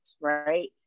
right